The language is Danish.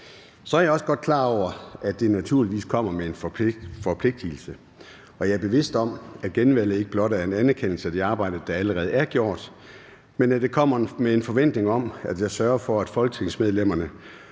Så er jeg også godt klar over, at det naturligvis kommer også med en forpligtigelse, og jeg er bevidst om, at genvalget ikke blot er en anerkendelse af det arbejde, der allerede er gjort, men at det kommer med en forventning om, at jeg sørger for, at folketingsmedlemmerne